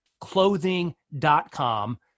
clothing.com